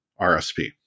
RSP